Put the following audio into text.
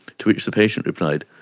to which the patient replied,